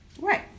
Right